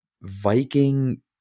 Viking